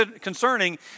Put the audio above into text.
concerning